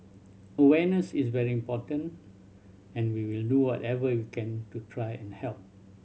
awareness is very important and we will do whatever we can to try and help